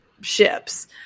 ships